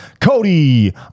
Cody